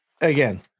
again